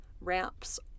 ramps